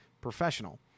professional